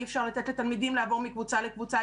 אפשר לתת לתלמידים לעבור מקבוצה לקבוצה,